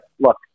look